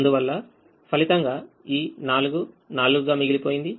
అందువలన ఫలితంగా ఈ 44 గా మిగిలిపోయింది